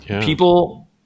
People